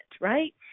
right